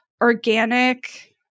organic